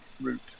route